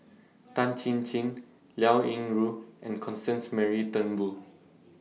Tan Chin Chin Liao Yingru and Constance Mary Turnbull